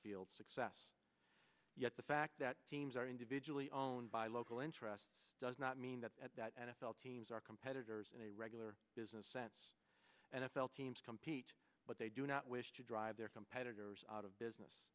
field success yet the fact that teams are individually owned by local interests does not mean that at that n f l teams are competitors in a regular business sense and f l teams compete but they do not wish to drive their competitors out of business